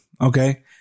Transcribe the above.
okay